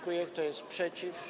Kto jest przeciw?